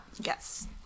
Yes